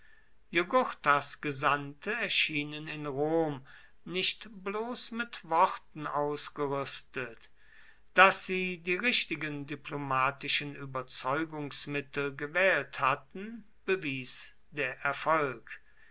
jugurthas gesandte erschienen in rom nicht bloß mit worten ausgerüstet daß sie die richtigen diplomatischen überzeugungsmittel gewählt hatten bewies der erfolg